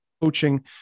coaching